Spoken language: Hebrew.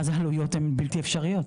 אז העלויות הן בלתי אפשריות.